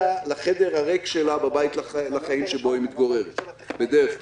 לחדר הריק שלה בבית לחיים שבו היא מתגוררת בדרך כלל,